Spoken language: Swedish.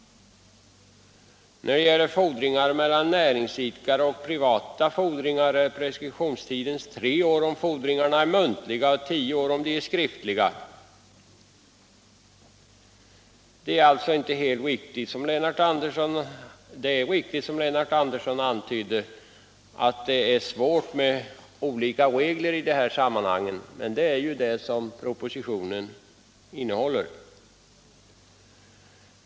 När det gäller fordringar mellan näringsidkare och privata fordringar är preskriptionstiden tre år om fordringarna är muntliga och tio år om de är skriftliga. Det är riktigt som Lennart Andersson antydde att det är svårt med olika regler i dessa sammanhang, men det är vad propositionen innehåller.